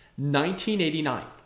1989